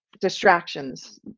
distractions